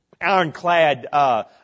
ironclad